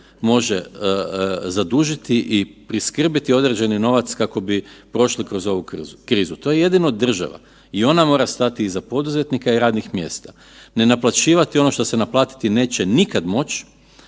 može zadužiti i priskrbiti određeni novac kako bi prošli kroz ovu krizu. To je jedino država i ona mora stati iza poduzetnika i radnih mjesta. Ne naplaćivati ono što se naplatiti neće nikad moći